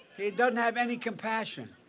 he doesn't have any compassion.